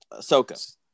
Ahsoka